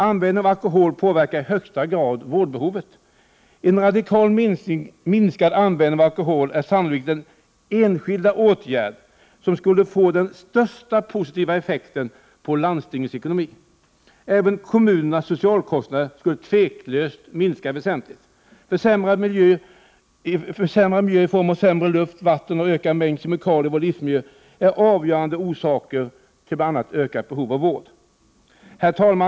Användningen av alkohol påverkar i högsta grad vårdbehovet. En radikalt minskad användning av alkohol är sannolikt den enskilda åtgärd som skulle 143 Prot. 1988/89:129 få den största positiva effekten på landstingens ekonomi. Även kommuner 6 juni 1989 nas socialkostnader skulle tveklöst minska väsentligt. Försämrad miljö i form m ir OT av sämre luft, vatten och ökad mängd av kemikalier i vår livsmiljö är avgörande orsaker till ökat vårdbehov. Herr talman!